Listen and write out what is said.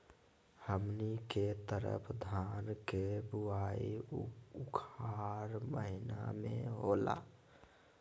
हमनी के तरफ धान के बुवाई उखाड़ महीना में होला